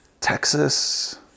Texas